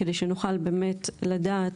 כדי שנוכל באמת לדעת,